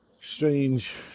strange